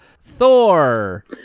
Thor